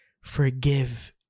Forgive